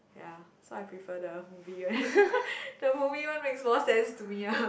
ya so I prefer the movie one the movie one makes more sense to me ah